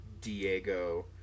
Diego